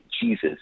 Jesus